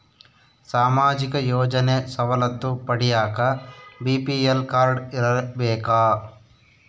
ಸಾಮಾಜಿಕ ಯೋಜನೆ ಸವಲತ್ತು ಪಡಿಯಾಕ ಬಿ.ಪಿ.ಎಲ್ ಕಾಡ್೯ ಇರಬೇಕಾ?